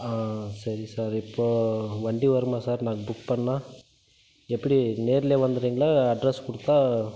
ஆ சரி சார் இப்போது வண்டி வருமா சார் நாங்கள் புக் பண்ணிணா எப்படி நேர்லையே வந்துடறிங்களா அட்ரெஸ் கொடுத்தா